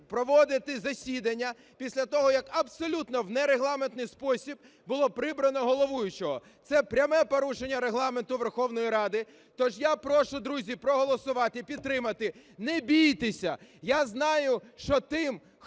проводити засідання після того, як абсолютно в нерегламентний спосіб було прибрано головуючого. Це пряме порушення Регламенту Верховної Ради. Тож я прошу, друзі, проголосувати і підтримати, не бійтеся. Я знаю, що тим,